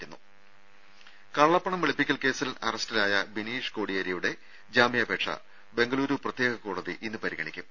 രുഭ കള്ളപ്പണം വെളുപ്പിക്കൽ കേസിൽ അറസ്റ്റിലായ ബിനീഷ് കോടിയേരിയുടെ ജാമ്യാപേക്ഷ ബെങ്കളൂരു പ്രത്യേക കോടതി ഇന്ന് പരിഗണിക്കും